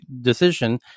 decision